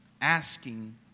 asking